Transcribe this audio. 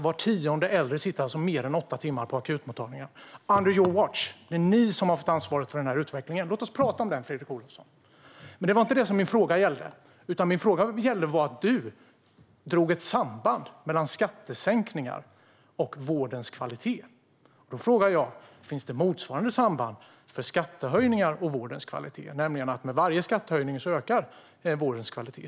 Var tionde äldre sitter mer än åtta timmar på akutmottagningarna. Under your watch! Det är ni som har haft ansvaret för denna utveckling. Låt oss tala om den, Fredrik Olovsson. Men det var inte det som min fråga gällde. Min fråga gällde att du, Fredrik Olovsson, gjorde ett samband mellan skattesänkningar och vårdens kvalitet. Då frågar jag: Finns det motsvarande samband mellan skattehöjningar och vårdens kvalitet, alltså att vårdens kvalitet ökar med varje skattehöjning?